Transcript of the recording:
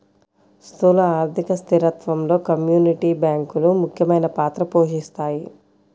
స్థూల ఆర్థిక స్థిరత్వంలో కమ్యూనిటీ బ్యాంకులు ముఖ్యమైన పాత్ర పోషిస్తాయి